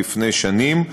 לפני שנים,